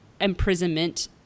imprisonment